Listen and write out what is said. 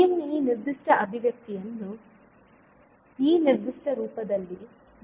ನೀವು ಈ ನಿರ್ದಿಷ್ಟ ಅಭಿವ್ಯಕ್ತಿಯನ್ನು ಈ ನಿರ್ದಿಷ್ಟ ರೂಪದಲ್ಲಿ ಮರುಹೊಂದಿಸಬಹುದು